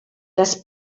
das